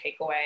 takeaway